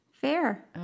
Fair